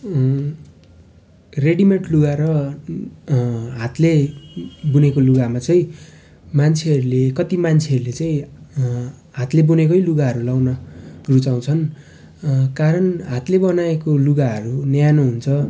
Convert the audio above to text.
readymade लुगा र हातले बुनेको लुगामा चाहिँ मान्छेहरूले कति मान्छेहरूले चाहिँ हातले बुनेकै लुगाहरू लगाउन रुचाउँछन् कारण हातले बनाएको लुगाहरू न्यानो हुन्छ